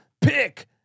Pick